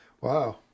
Wow